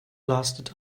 lasted